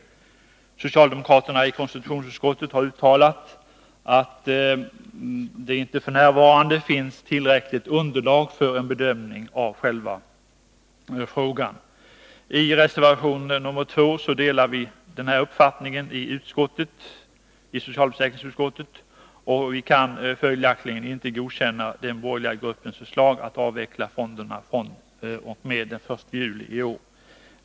Socialdemokraterna i konstitutionsutskottet har uttalat att det inte f. n. finns tillräckligt underlag för en bedömning av frågan. I reservation nr 2 till socialförsäkringsutskottets betänkande delar vi den uppfattningen, och vi kan följaktligen inte godkänna den borgerliga gruppens förslag att avveckla fonderna fr.o.m. den 1 juli i år.